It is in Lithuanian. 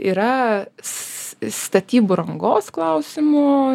yra statybų rangos klausimų